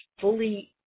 fully